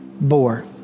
bore